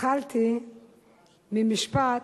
התחלתי במשפט: